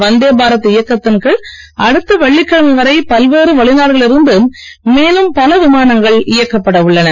வந்தே பாரத் இயக்கத்தின் கீழ் அடுத்த வெள்ளிக்கிழமை வரை பல்வேறு வெளிநாடுகளில் இருந்து மேலும் பல விமானங்கள் இயக்கப்பட உள்ளன